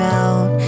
out